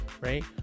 right